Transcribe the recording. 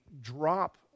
drop